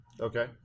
Okay